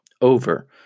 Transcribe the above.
Over